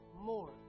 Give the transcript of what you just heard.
more